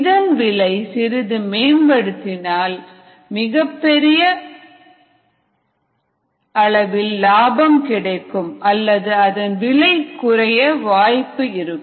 இதன் விலை சிறிது மேம்படுத்தினால் நமக்கு பெரிய அளவில் லாபம் கிடைக்கும் அல்லது அதன் விலை குறைய வாய்ப்பு இருக்கும்